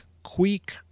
Quick